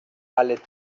alle